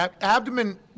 abdomen